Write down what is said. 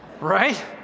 right